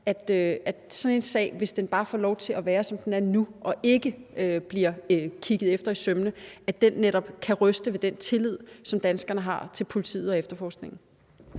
at det her stritter i alle retninger – og ikke bliver kigget efter i sømmene, så kan den netop ryste ved den tillid, som danskerne har til politiet og efterforskningen.